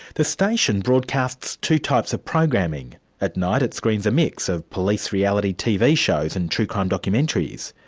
the station broadcasts two types of programming at night it screens a mix of police reality tv shows and true crime documentaries.